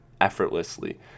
effortlessly